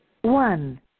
One